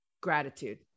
gratitude